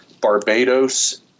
Barbados